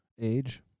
Age